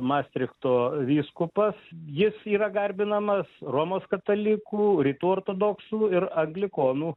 mastrichto vyskupas jis yra garbinamas romos katalikų rytų ortodoksų ir anglikonų